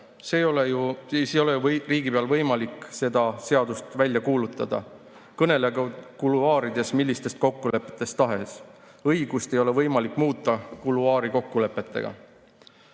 Siis ei ole ju riigipeal võimalik seda seadust välja kuulutada, kõneletagu kuluaarides millistest kokkulepetest tahes. Õigust ei ole võimalik muuta kuluaarikokkulepetega.